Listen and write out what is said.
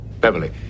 Beverly